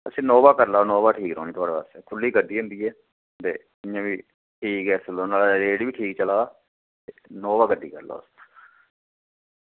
तुस इनोवा करी लैओ इनोवा ठीक रौह्नी थुआढ़ बास्तै ते खुल्ली गड्डी होंदी ऐ ते इंया बी ठीक ऐ ते रेट बी ठीक चला दा ते इनोवा गड्डी करी लैओ